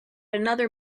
another